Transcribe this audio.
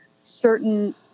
certain